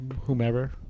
whomever